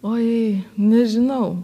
oi nežinau